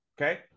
okay